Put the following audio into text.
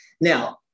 Now